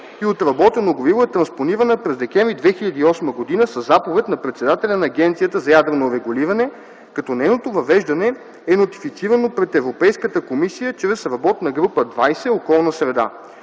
и отработено гориво е транспонирана през декември 2008 г. със заповед на председателя на Агенцията за ядрено регулиране, като нейното въвеждане е нотифицирано пред Европейската комисия чрез работна група 20 „Околна среда”.